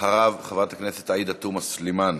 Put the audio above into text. אחריו, חברת הכנסת עאידה תומא סלימאן.